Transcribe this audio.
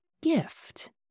gift